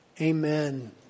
Amen